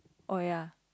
oh ya